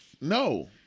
No